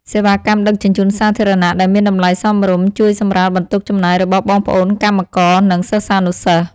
សេវាកម្មដឹកជញ្ជូនសាធារណៈដែលមានតម្លៃសមរម្យជួយសម្រាលបន្ទុកចំណាយរបស់បងប្អូនកម្មករនិងសិស្សានុសិស្ស។